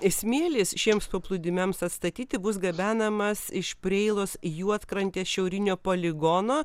smėlis šiems paplūdimiams atstatyti bus gabenamas iš preilos juodkrantės šiaurinio poligono